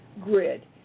grid